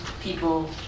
people